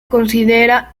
considera